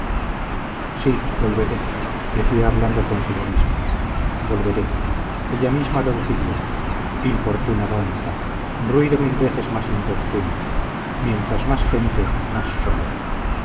sí volveré decía hablando consigo mismo volveré ella misma lo decidió importuna danza ruido mil veces más importuno mientras más gente más solo